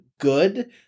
Good